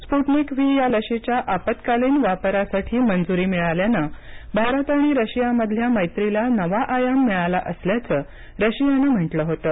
Sputnik V या लशीच्या आपत्कालीन वापरासाठी मंजुरी मिळाल्यानं भारत आणि रशियामधल्या मैत्रीला नवा आयाम मिळाला असल्याचं रशियानं म्हटलं होतं